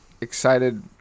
excited